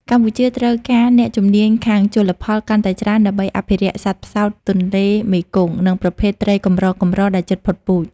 កម្ពុជាត្រូវការអ្នកជំនាញខាងជលផលកាន់តែច្រើនដើម្បីអភិរក្សសត្វផ្សោតទន្លេមេគង្គ និងប្រភេទត្រីកម្រៗដែលជិតផុតពូជ។